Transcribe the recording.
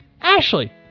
Ashley